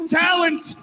talent